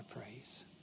praise